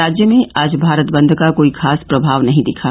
राज्य में आज भारत बंद का कोई खास प्रभाव नहीं दिखा